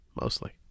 Mostly